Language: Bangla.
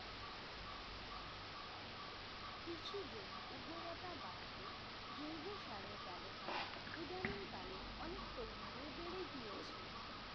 কৃষি জমির উর্বরতা বাড়াতে জৈব সারের ব্যবহার ইদানিংকালে অনেক পরিমাণে বেড়ে গিয়েছে